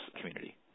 community